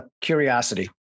Curiosity